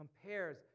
compares